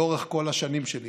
לאורך כל השנים שלי